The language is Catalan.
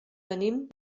venim